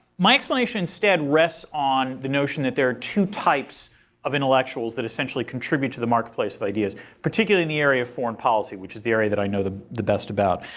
my explanation instead rests on the notion that there are two types of intellectuals that essentially contribute to the marketplace of ideas particularly in the area of foreign policy, which is the area that i know the the best about.